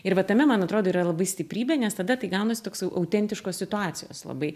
ir vat tame man atrodo yra labai stiprybė nes tada tai gaunasi toks jau autentiškos situacijos labai